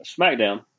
SmackDown